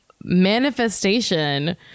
manifestation